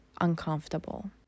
uncomfortable